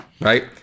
Right